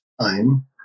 time